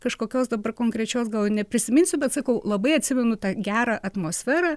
kažkokios dabar konkrečios gal neprisiminsiu bet sakau labai atsimenu tą gerą atmosferą